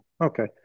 okay